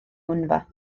ngwynfa